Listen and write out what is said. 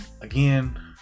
Again